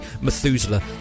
Methuselah